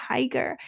Tiger